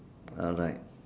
alright